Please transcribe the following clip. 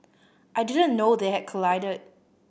I didn't know they had collided